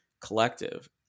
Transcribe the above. collective